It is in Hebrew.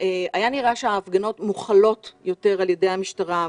היה נראה שההפגנות מוכלות יותר על ידי המשטרה.